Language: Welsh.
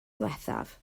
ddiwethaf